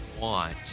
want